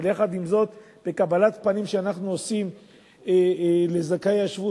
אבל יחד עם זאת בקבלת פנים שאנחנו עושים לזכאי השבות,